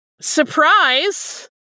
SURPRISE